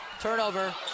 Turnover